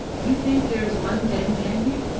you think there is one dead man here?